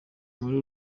muri